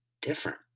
different